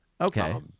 Okay